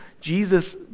Jesus